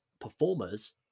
performers